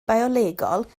biolegol